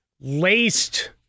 Laced